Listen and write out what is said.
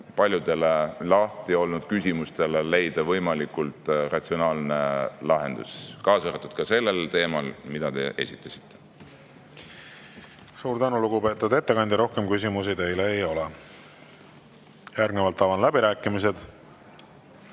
paljudele lahti olnud küsimustele võimalikult ratsionaalne lahendus, kaasa arvatud sellel teemal, mida te märkisite. Suur tänu, lugupeetud ettekandja! Rohkem küsimusi teile ei ole. Avan läbirääkimised.